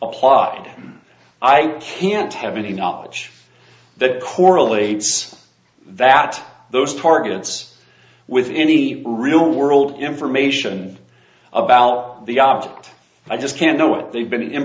plot i can't have any knowledge that correlates that those targets with any real world information about the object i just can't know what they've been in